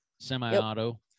semi-auto